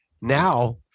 Now